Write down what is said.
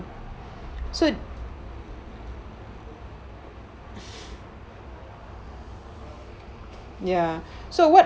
so ya so what